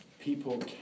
People